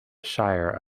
shire